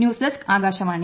news desk Akashvani